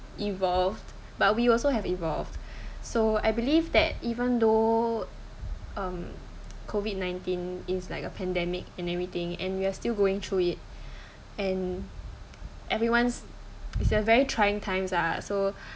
evolved but we also has evolved so I believe that even though um COVID nineteen is like a pandemic and everything and we are still going through it and everyone's is a very trying times ah so